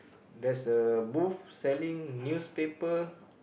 there's a booth selling newspaper